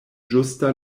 ĝusta